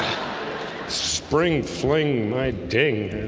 spring fling my ding